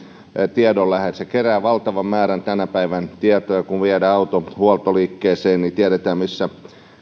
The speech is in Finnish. tiedonlähde että se kerää valtavan määrän tänä päivänä tietoja kun viedään auto huoltoliikkeeseen tiedetään